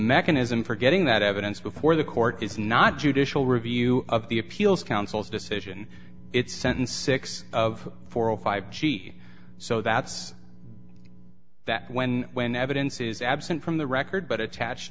mechanism for getting that evidence before the court is not judicial review of the appeals council's decision it's sentence six of four or five g so that's that when when evidence is absent from the record but attached